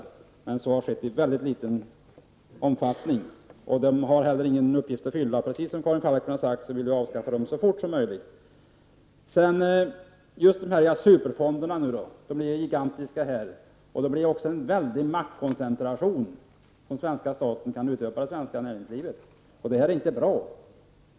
Så har emellertid skett i mycket liten omfattning. Dessa fonder har inte heller någon uppgift att fylla. Precis som Karin Falkmer har sagt vill vi avskaffa dem så fort som möjligt. Superfonderna är gigantiska, och det blir fråga om en stor maktkoncentration som den svenska staten kan utöva på näringslivet. Det är inte bra.